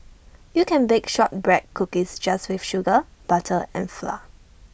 you can bake Shortbread Cookies just with sugar butter and flour